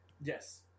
Yes